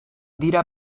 dira